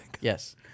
Yes